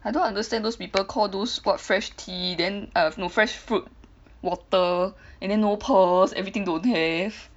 I don't understand those people call those spot fresh tea then have no fresh fruit water and then no pearls everything don't have